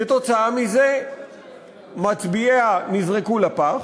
כתוצאה מזה מצביעיה נזרקו לפח,